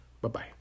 Bye-bye